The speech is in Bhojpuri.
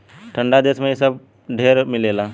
ठंडा देश मे इ सब ढेर मिलेला